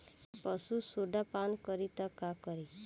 पशु सोडा पान करी त का करी?